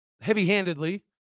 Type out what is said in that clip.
heavy-handedly